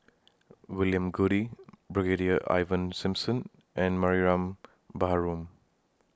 William Goode Brigadier Ivan Simson and Mariam Baharom